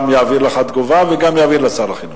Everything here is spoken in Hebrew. גם יעביר לך תגובה וגם יעביר לשר החינוך.